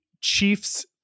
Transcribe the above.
Chiefs